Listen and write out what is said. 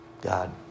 God